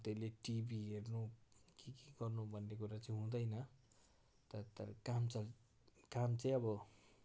त्यसले टिभी हेर्नु के के गर्नु भन्ने कुरा चाहिँ हुँदैन तर तर काम चल्छ काम चाहिँ अब